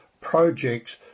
projects